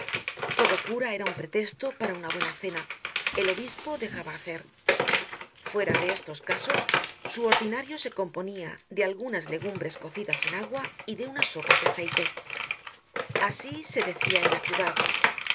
todo cura era un pretesto para una buena cena el obispo dejaba hacer fuera de estos casos su ordinario se componia de algunas legumbres cocidas en agua y de unas sopas de aceite así se decia en la ciudad